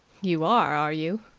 you are, are you?